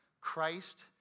Christ